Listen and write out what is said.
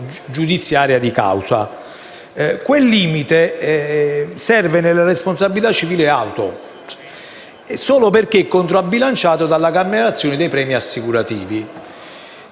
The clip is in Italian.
giudiziaria di causa. Quel limite serve nella responsabilità civile auto, solo perché controbilanciato dal fatto che i premi assicurativi